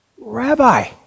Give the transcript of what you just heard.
Rabbi